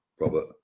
Robert